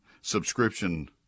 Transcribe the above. subscription